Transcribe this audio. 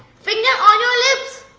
finger on your lips